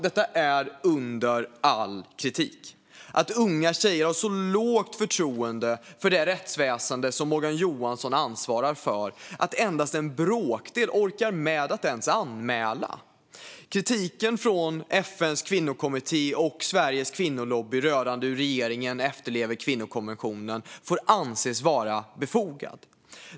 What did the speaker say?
Det är under all kritik att unga tjejer har så lågt förtroende för det rättsväsen som Morgan Johansson ansvarar för att endast en bråkdel orkar med att ens anmäla. Kritiken från FN:s kvinnokommitté och Sveriges Kvinnolobby rörande hur regeringen efterlever kvinnokonventionen får anses vara befogad.